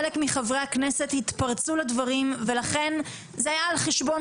חלק מחברי הכנסת התפרצו לדברים ולכן זה היה על חשבון